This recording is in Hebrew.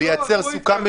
וזה יהיה אסור.